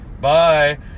bye